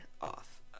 off